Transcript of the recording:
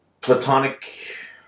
Platonic